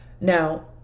now